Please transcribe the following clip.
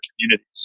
communities